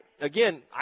again